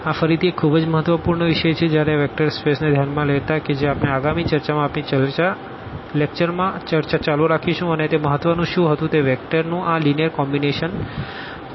આ ફરીથી એક ખૂબ જ મહત્વપૂર્ણ વિષય છે જ્યારે વેક્ટર સ્પેસને ધ્યાનમાં લેતા કે જે આપણે આગામી ચર્ચામાં આપણી ચર્ચા ચાલુ રાખીશું અને તે મહત્વનું શું હતું કે વેક્ટરનું આ લીનીઅર કોમ્બીનેશનl1v12v2nvn0 છે